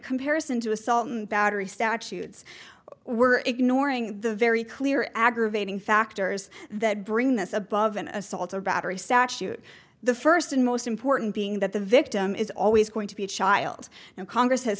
comparison to assault battery statutes we're ignoring the very clear aggravating factors that bring this above an assault or battery sac shoot the first and most important being that the victim is always going to be a child and congress has